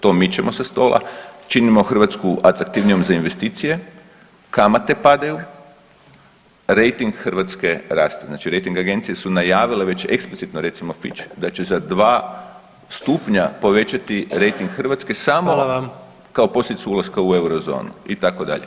To mičemo sa stola, činimo Hrvatsku atraktivnijom za investicije, kamate padaju, rejting Hrvatske raste, znači rejting agencije su najavile već eksplicitno recimo … [[Govornik se ne razumije]] da će za 2 stupnja povećati rejting Hrvatske samo kao posljedicu ulaska u eurozonu itd.